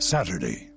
Saturday